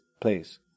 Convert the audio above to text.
Please